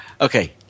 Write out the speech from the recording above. Okay